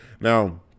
Now